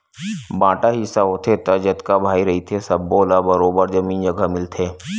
बांटा हिस्सा होथे त जतका भाई रहिथे सब्बो ल बरोबर जमीन जघा मिलथे